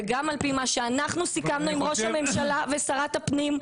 וגם על פי מה שאנחנו סיכמנו עם ראש הממשלה ושרת הפנים,